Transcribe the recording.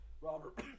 Robert